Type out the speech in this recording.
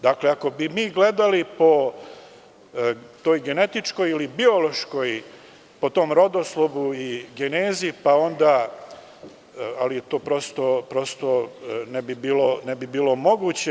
Dakle, ako bi mi gledali po toj genetičkoj ili biološkoj, po tom rodoslovu i genezi, ali to prosto ne bi bilo moguće.